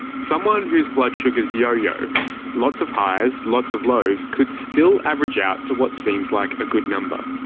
someone whose blood sugars yo-yo lots of highs, lots of lows could still average out to what seems like a good number.